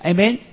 Amen